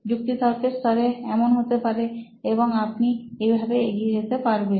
যুক্তিতর্কের স্তর এমনটা হতে পারে এবং আপনি এভাবেই এগিয়ে যাবেন